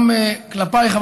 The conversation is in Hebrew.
גם כלפייך,